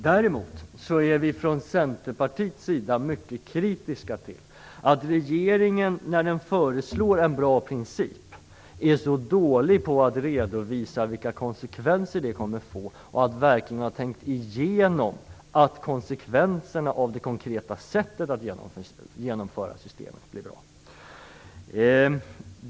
Däremot är vi från Centerpartiets sida mycket kritiska till att regeringen när den föreslår en bra princip är så dålig på att redovisa vilka konsekvenser den kommer att få och på att verkligen tänka igenom att konsekvenserna av det konkreta sättet att genomföra systemet blir bra.